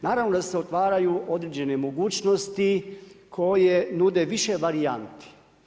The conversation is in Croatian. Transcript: Naravno da se otvaraju određene mogućnosti, koje nude više varijanti.